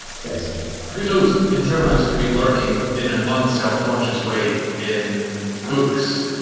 so to speak? who knows? interrobangs could be lurking in an unself-conscious way in books,